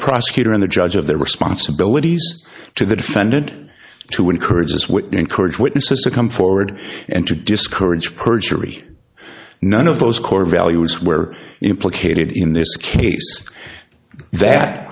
the prosecutor and the judge of their responsibilities to the defendant to encourage as witnessed courage witnesses to come forward and to discourage perjury none of those core values where implicated in this case that